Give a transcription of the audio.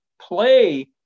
play